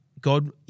God –